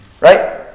Right